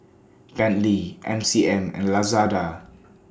Bentley M C M and Lazada